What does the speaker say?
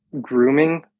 grooming